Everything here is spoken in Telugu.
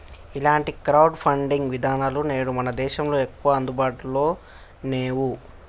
ఇలాంటి క్రౌడ్ ఫండింగ్ విధానాలు నేడు మన దేశంలో ఎక్కువగా అందుబాటులో నేవు